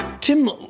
Tim